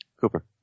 Cooper